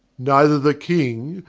neither the king,